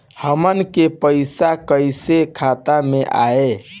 हमन के पईसा कइसे खाता में आय?